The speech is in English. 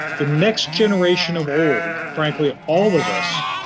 the next generation of old, frankly all of us,